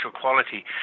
quality